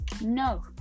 No